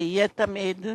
ותמיד יהיה,